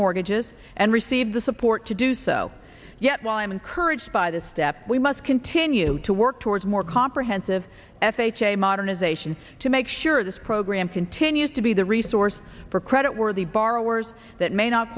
mortgages and receive the support to do so yet while i am encouraged by this step we must continue to work towards more comprehensive f h a modernization to make sure this program continues to be the resource for credit worthy borrowers that may not